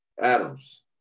Adams